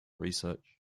research